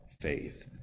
faith